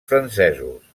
francesos